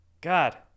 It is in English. God